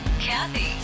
kathy